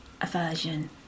aversion